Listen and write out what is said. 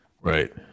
right